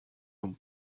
dans